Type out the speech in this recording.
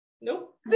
nope